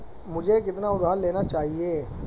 मुझे कितना उधार लेना चाहिए?